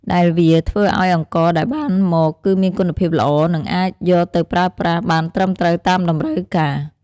ដែលវាធ្វើឱ្យអង្ករដែលបានមកគឺមានគុណភាពល្អ និងអាចយកទៅប្រើប្រាស់បានត្រឹមត្រូវតាមតម្រូវការ។